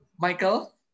Michael